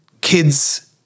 kids